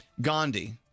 Gandhi